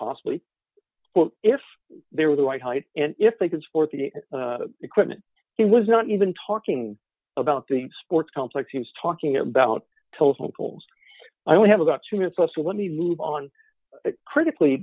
possibly if they were the right height and if they could support the equipment he was not even talking about the sports complex teams talking about total calls i only have about two minutes left so let me move on critically